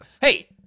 hey